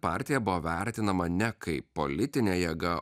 partija buvo vertinama ne kaip politinė jėga